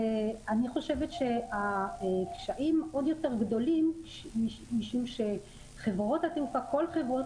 אני חושבת שהקשיים עוד יותר גדולים משום שכל חברות